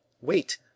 wait